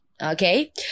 Okay